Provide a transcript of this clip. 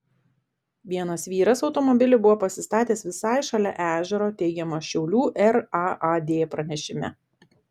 vienas vyras automobilį buvo pasistatęs visai šalia ežero teigiama šiaulių raad pranešime